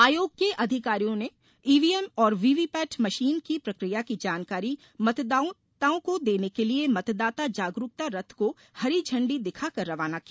आयोग के अधिकारियों ने ईवीएम और वीवीपैट मशीन की प्रकिया की जानकारी मतदाताओं को देने के लिए मतदाता जागरूकता रथ को हरी झंडी दिखाकर रवाना किया